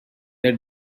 they